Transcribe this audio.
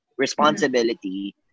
Responsibility